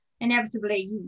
inevitably